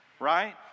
Right